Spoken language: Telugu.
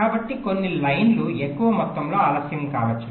కాబట్టి కొన్ని లైన్లు ఎక్కువ మొత్తంలో ఆలస్యం కావచ్చు